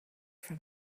from